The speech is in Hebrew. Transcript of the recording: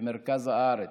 במרכז הארץ,